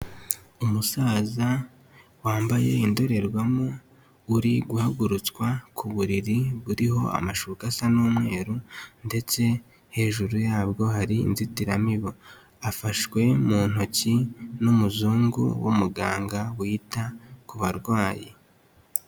Umusaza wambaye indorerwamo uri guhagurutswa ku buriri buriho amashuka asa n'umweru ndetse hejuru yabwo hari inzitiramibu, afashwe mu ntoki n'umuzungu w'umuganga wita ku barwayi.